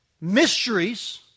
mysteries